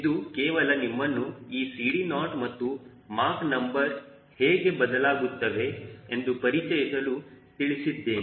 ಇದು ಕೇವಲ ನಿಮ್ಮನ್ನು ಈ CD0 ಮತ್ತು ಮಾಕ್ ನಂಬರ್ ಹೇಗೆ ಬದಲಾಗುತ್ತವೆ ಎಂದು ಪರಿಚಯಿಸಲು ತಿಳಿಸಿದ್ದೇನೆ